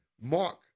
Mark